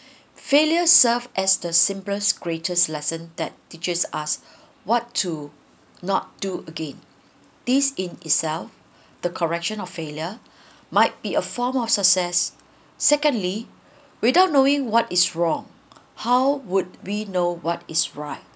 failure serve as the simplest greatest lesson that teaches us what to not do again this in itself the correction of failure might be a form of success secondly without knowing what is wrong how would we know what is right